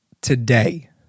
today